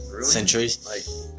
Centuries